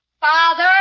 Father